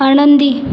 आनंदी